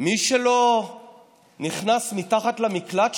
מי שלא נכנס מתחת למקלט,